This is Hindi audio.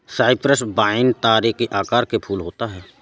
साइप्रस वाइन तारे के आकार के फूल होता है